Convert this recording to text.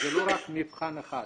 זה לא רק מבחן אחד,